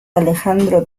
alejandro